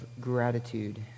gratitude